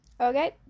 Okay